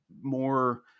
more